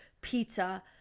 pizza